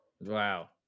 Wow